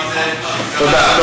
תודה.